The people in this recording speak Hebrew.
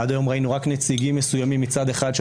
עד היום ראינו רק נציגים מסוימים מצד אחד של